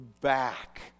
back